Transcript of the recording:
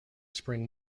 spring